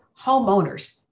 homeowners